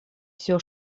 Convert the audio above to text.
все